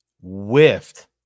whiffed